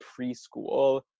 preschool